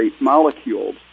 molecules